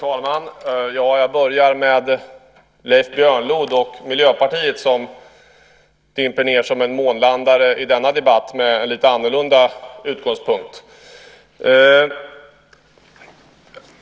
Herr talman! Jag börjar med Leif Björnlod och Miljöpartiet som dimper ned som en månlandare i denna debatt med en lite annorlunda utgångspunkt.